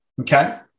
Okay